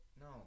No